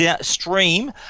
stream